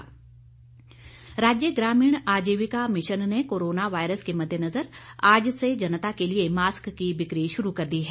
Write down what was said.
mask बिक्री राज्य ग्रामीण आजीविका मिशन ने कोरोना वायरस के मद्देनज़र आज से जनता के लिए मास्क की बिक्री शुरू कर दी है